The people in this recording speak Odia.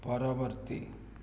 ପରବର୍ତ୍ତୀ